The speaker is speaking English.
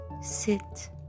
Sit